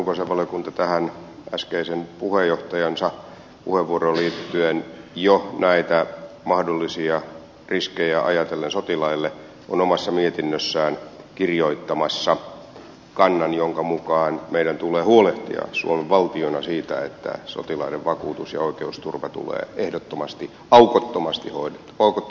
mainittakoon että ulkoasiainvaliokunta tähän äskeiseen puheenjohtajansa puheenvuoroon liittyen jo näitä mahdollisia sotilaille aiheutuvia riskejä ajatellen on omassa mietinnössään kirjoittamassa kannan jonka mukaan meidän tulee huolehtia suomen valtiona siitä että sotilaiden vakuutus ja oikeusturva tulee ehdottomasti aukottomalla tavalla hoidettua